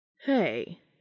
Hey